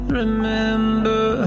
remember